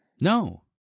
No